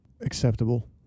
Acceptable